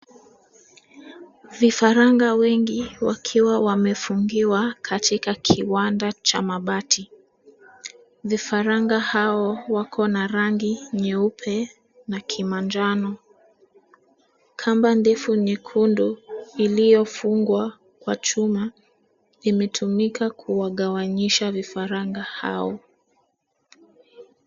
Vifaranga wengi wakiwa wamefungiwa katika kiwanda cha mabati. Vifaranga hao wako na rangi nyeupe na kimanjano. Kamba ndefu nyekundu iliyofungwa kwa chuma imetumika kuwangawanyisha vifaranga hao.